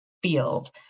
field